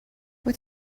wyt